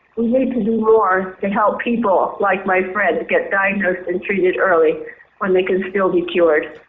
we need to do more to help people like my friend who gets diagnosed and treated early when they can still be cured.